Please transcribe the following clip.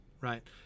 Right